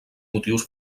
motius